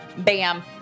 Bam